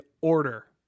order